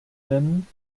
nennen